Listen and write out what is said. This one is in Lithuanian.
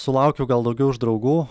sulaukiu gal daugiau iš draugų